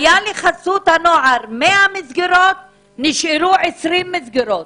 היו לחסות הנוער 100 מסגרות, נשארו 20 מסגרות.